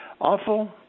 Awful